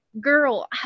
girl